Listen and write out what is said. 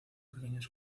pequeños